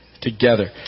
together